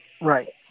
Right